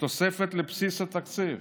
תוספת לבסיס התקציב,